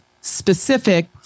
specific